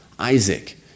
Isaac